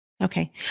Okay